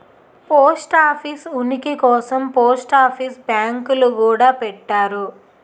post office ఉనికి కోసం post office బ్యాంకులు గూడా పెట్టారు